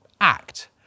act